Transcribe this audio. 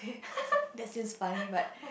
that seems funny but